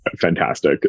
Fantastic